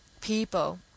people